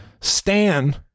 Stan